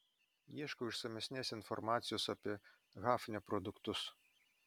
ieškau išsamesnės informacijos apie hafnio produktus